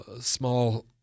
small